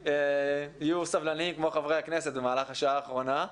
יהיו סבלניים כמו חברי הכנסת במהלך השעה האחרונה.